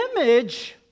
image